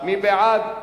מי בעד?